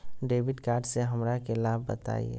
Debit card से हमरा के लाभ बताइए?